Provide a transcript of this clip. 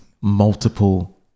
Multiple